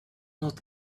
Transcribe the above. not